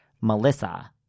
Melissa